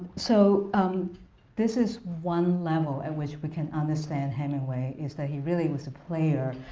so um this is one level at which we can understand hemingway, is that he really was a player